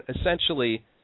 essentially